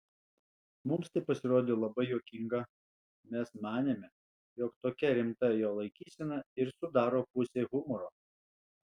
mums tai pasirodė labai juokinga mes manėme jog tokia rimta jo laikysena ir sudaro pusę humoro